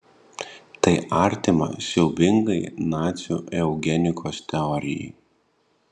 tai artima siaubingai nacių eugenikos teorijai